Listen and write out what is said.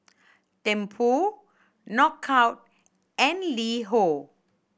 Tempur Knockout and LiHo